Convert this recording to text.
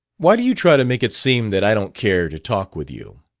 why do you try to make it seem that i don't care to talk with you?